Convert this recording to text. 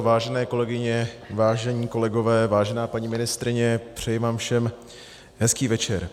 Vážené kolegyně, vážení kolegové, vážená paní ministryně, přeji vám všem hezký večer.